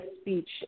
speech